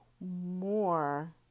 more